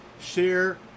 share